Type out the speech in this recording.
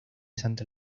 santa